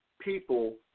people